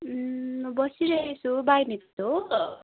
बसिरहेको छु